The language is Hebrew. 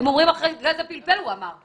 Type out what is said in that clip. אחרי גז הפלפל הוא אמר.